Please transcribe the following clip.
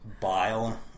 bile